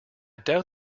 doubt